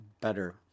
better